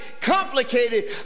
complicated